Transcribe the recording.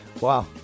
Wow